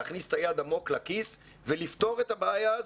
להכניס את היד עמוק לכיס ולפתור את הבעיה הזאת,